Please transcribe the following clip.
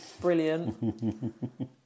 brilliant